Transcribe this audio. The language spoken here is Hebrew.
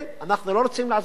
אנחנו לא רוצים לעזור לך.